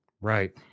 Right